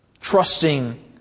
trusting